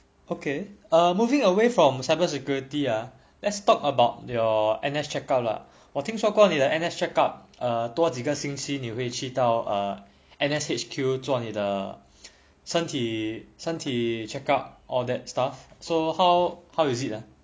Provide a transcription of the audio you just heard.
okay uh moving away from cyber security ah let's talk about your N_S check up lah 了我听说过你的 N_S check up err 多几个星期你会去到 err NS_HQ 做你的身体身体 check out all that stuff so how how is it ah